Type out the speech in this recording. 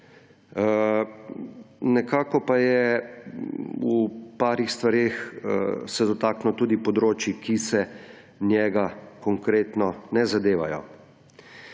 nekako pa je v par stvareh se dotaknil tudi področij, ki se njega konkretno ne zadevajo.